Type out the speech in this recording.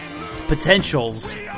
potentials